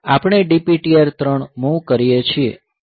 આપણે DPTR 3 move કરીએ છીએ જેથી DPH માં 60 આવે અને DPL R4 ને મૂવ કરીએ